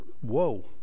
Whoa